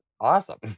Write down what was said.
awesome